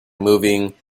moving